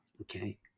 Okay